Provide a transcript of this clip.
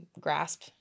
grasp